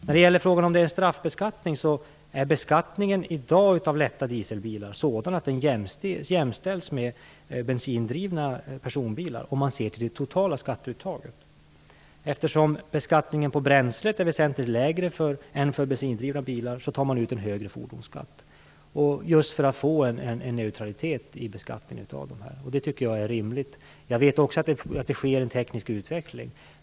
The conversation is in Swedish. När det gäller frågan om straffbeskattning är beskattningen i dag av lätta dieselbilar sådan att den jämställs med beskattningen av bensindrivna personbilar om man ser till det totala skatteuttaget. Eftersom beskattningen av bränslet är väsentligt lägre än för bensindrivna bilar tar man ut en högre fordonsskatt just för att få en neutralitet i beskattningen av dessa bilar. Det tycker jag är rimligt. Jag vet också att det sker en teknisk utveckling.